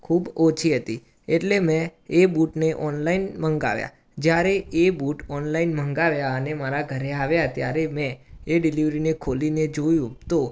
ખૂબ ઓછી હતી એટલે મેં એ બૂટને ઓનલાઈન મંગાવ્યા જ્યારે એ બૂટ ઓનલાઈન મંગાવ્યા અને મારા ઘરે આવ્યા ત્યારે મેં એ ડિલવરીને ખોલીને જોયું તો